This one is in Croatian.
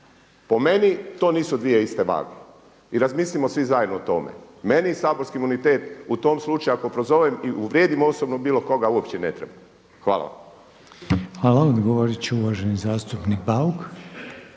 Po meni to nisu dvije iste vage. I razmislimo svi zajedno o tome. Meni saborski imunitet u tom slučaju ako prozovem i uvrijedim osobno bilo koga uopće ne treba. Hvala vam. **Reiner, Željko (HDZ)** Hvala. Odgovoriti će uvaženi zastupnik Bauk.